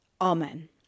Amen